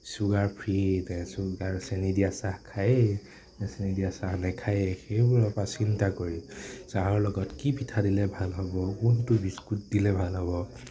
sugar free নে sugar চেনি দিয়া চাহ খায়েই নে চেনি দিয়া চাহ নেখায়েই সেইবোৰৰ পা চিন্তা কৰি চাহৰ লগত কি পিঠা দিলে ভাল হ'ব কোনটো বিস্কুট দিলে ভাল হ'ব